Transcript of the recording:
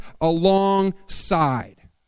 alongside